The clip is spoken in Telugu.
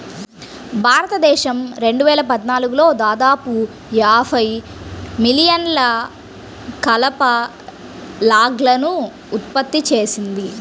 భారతదేశం రెండు వేల పద్నాలుగులో దాదాపు యాభై మిలియన్ల కలప లాగ్లను ఉత్పత్తి చేసింది